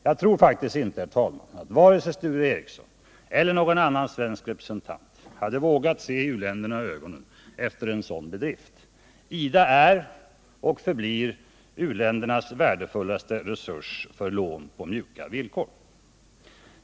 Jag tror faktiskt inte, herr talman, att vare sig Sture Ericson eller någon annan svensk representant hade vågat se u-länderna i ögonen efter en sådan bedrift. IDA är och förblir u-ländernas värdefullaste resurs för lån på mjuka villkor.